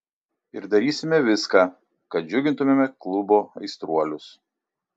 ir darysime viską kad džiugintumėme klubo aistruolius